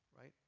right